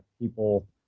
people